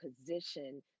position